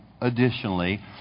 additionally